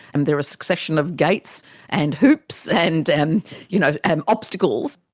and there are a succession of gates and hoops and and you know and obstacles.